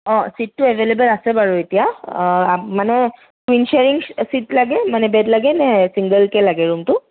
অঁ চিটটো এভেলেব'ল আছে বাৰু এতিয়া অঁ মানে চেয়াৰিং চিট লাগে মানে বেড লাগে নে চিংগলকৈ লাগে ৰুমটো